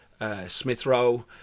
Smithrow